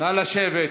נא לשבת.